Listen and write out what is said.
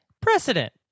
precedent